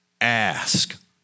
Ask